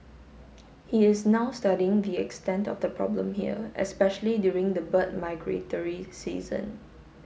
he is now studying the extent of the problem here especially during the bird migratory season